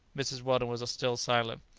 mrs. weldon was still silent.